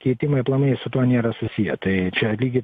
keitimai aplamai su tuo nėra susiję tai čia lygiai